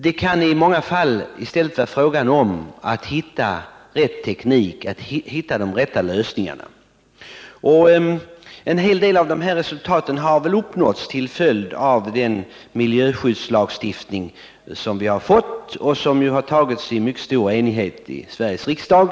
Det kan i många fall i stället vara en fråga om att hitta rätt teknik och de rätta lösningarna. En hel del av de här resultaten har uppnåtts till följd av den miljöskyddslagstiftning som vi har fått och som har antagits i mycket stor enighet av Sveriges riksdag.